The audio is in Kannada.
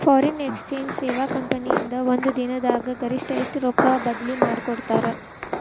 ಫಾರಿನ್ ಎಕ್ಸಚೆಂಜ್ ಸೇವಾ ಕಂಪನಿ ಇಂದಾ ಒಂದ್ ದಿನ್ ದಾಗ್ ಗರಿಷ್ಠ ಎಷ್ಟ್ ರೊಕ್ಕಾ ಬದ್ಲಿ ಮಾಡಿಕೊಡ್ತಾರ್?